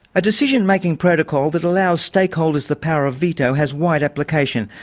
a decision making protocol that allows stakeholders the power of veto has wide application.